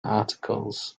articles